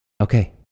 Okay